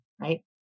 right